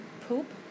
poop